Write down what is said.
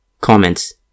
Comments